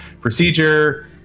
procedure